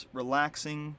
relaxing